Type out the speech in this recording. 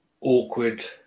Awkward